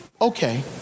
okay